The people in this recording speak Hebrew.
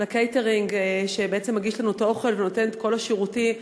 לקייטרינג שמגיש לנו את האוכל ונותן את כל השירותים,